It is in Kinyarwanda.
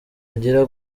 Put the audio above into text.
agira